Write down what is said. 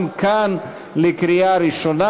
גם כאן לקריאה ראשונה.